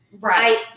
Right